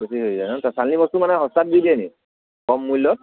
চালানি বস্তু মানে সস্তাত দি দিয়েনি কম মূল্যত